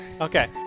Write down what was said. Okay